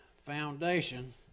foundation